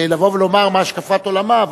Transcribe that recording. לבוא ולומר מה השקפת עולמה,